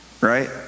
right